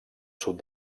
sud